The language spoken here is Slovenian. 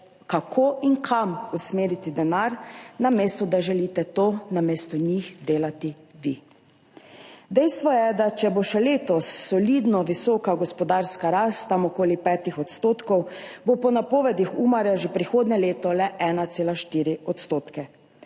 kako in kam usmeriti denar, namesto da želite to namesto njih delati vi. Dejstvo je, da če bo še letos solidno visoka gospodarska rast, tam okoli 5 %, bo po napovedih Umarja že prihodnje leto le 1,4 %.